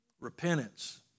repentance